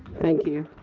thank you.